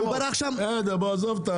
בסדר, בוא, עזוב.